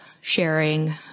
sharing